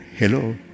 Hello